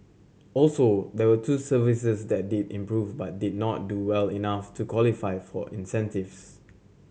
also there were two services that did improve but did not do well enough to qualify for incentives